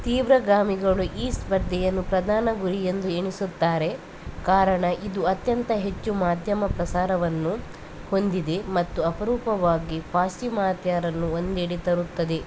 ತೀವ್ರಗಾಮಿಗಳು ಈ ಸ್ಪರ್ಧೆಯನ್ನು ಪ್ರಧಾನ ಗುರಿಯೆಂದು ಎಣಿಸುತ್ತಾರೆ ಕಾರಣ ಇದು ಅತ್ಯಂತ ಹೆಚ್ಚು ಮಾಧ್ಯಮ ಪ್ರಸಾರವನ್ನು ಹೊಂದಿದೆ ಮತ್ತು ಅಪರೂಪವಾಗಿ ಪಾಶ್ಚಿಮಾತ್ಯರನ್ನು ಒಂದೆಡೆ ತರುತ್ತದೆ